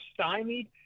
stymied